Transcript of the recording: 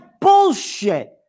bullshit